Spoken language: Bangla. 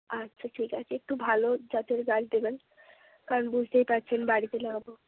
আচ্ছা ঠিক আছে একটু ভালো জাতের গাছ দেবেন কারণ বুঝতেই পারছেন বাড়িতে লাগাব